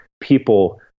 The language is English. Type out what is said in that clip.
people